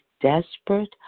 desperate